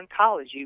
oncology